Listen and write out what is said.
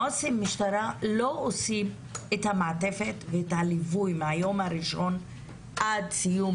עו"סי המשטרה לא עושים מעטפת וליווי מהיום הראשון עד סיום